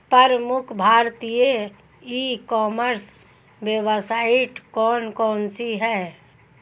प्रमुख भारतीय e commerce website कौन कौन सी हैं?